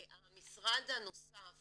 המשרד הנוסף